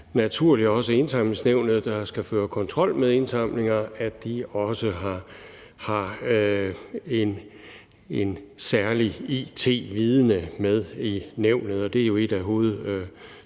naturligt, at også Indsamlingsnævnet, der skal føre kontrol med indsamlinger, har en særlig it-vidende med i nævnet. Det er jo et af